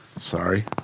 Sorry